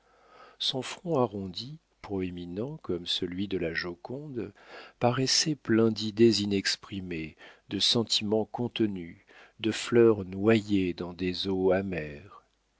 son front arrondi proéminent comme celui de la joconde paraissait plein d'idées inexprimées de sentiments contenus de fleurs noyées dans des eaux amères